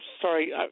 sorry